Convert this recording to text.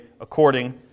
according